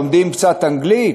לומדים קצת אנגלית?